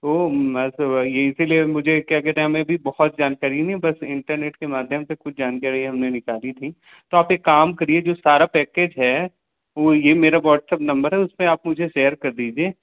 तो इसी लिए मुझे क्या कहते हैं हमें भी बहुत जानकारी नहीं है बस इंटरनेट के माध्यम से कुछ जानकारी हम ने निकाली थी तो आप एक काम करिए जो सारा पैकेज है वो ये मेरा व्हाट्सअप नम्बर है उस पर आप मुझे सेयर कर दीजिए